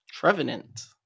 Trevenant